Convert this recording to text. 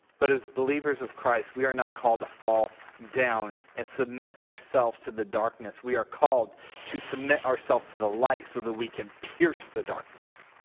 but as believers of christ we are not called a fall down and submit ourselves to the darkness we are called to submit ourselves to the light of so the we can pierce the darkness.